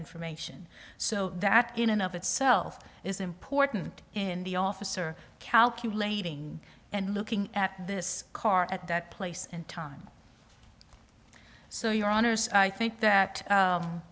information so that in and of itself is important in the officer calculating and looking at this car at that place and time so your honour's i think that